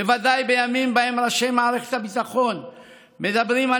בוודאי בימים שבהם ראשי מערכת הביטחון מדברים על